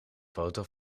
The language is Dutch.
foto